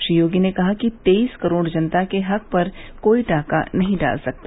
श्री योगी ने कहा कि तेईस करोड़ जनता के हक पर कोई डाका नहीं डाल सकता